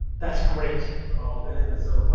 that's great. so, my whole business